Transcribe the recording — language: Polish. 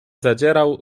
zadzierał